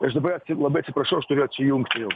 aš dabar at labai atsiprašau aš turiu atsijungti jau